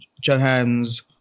Johannes